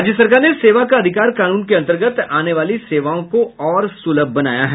राज्य सरकार ने सेवा का अधिकार कानून के अन्तर्गत आने वाली सेवाओं को और सुलभ बनाया है